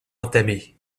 entamé